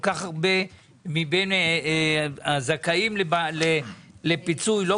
כל כך הרבה מבין הזכאים לפיצוי לא